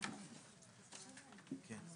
הישיבה ננעלה בשעה 12:06.